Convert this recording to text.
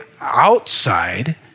outside